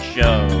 Show